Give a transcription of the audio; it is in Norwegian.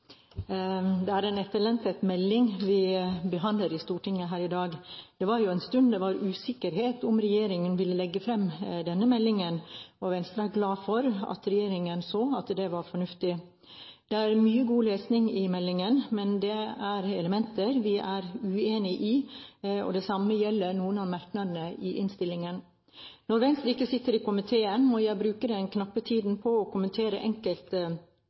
stund det var usikkerhet om hvorvidt regjeringen ville legge fram denne meldingen, og Venstre er glad for at regjeringen så at det var fornuftig. Det er mye god lesning i meldingen, men det er elementer der som vi er uenige i – det samme gjelder noen av merknadene i innstillingen. Når Venstre ikke sitter i komiteen, må jeg bruke den knappe tiden til å kommentere